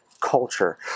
culture